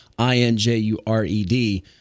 I-N-J-U-R-E-D